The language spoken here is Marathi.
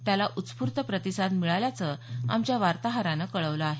त्याला उत्स्फूर्त प्रतिसाद मिळाल्याचं आमच्या वार्ताहरानं कळवलं आहे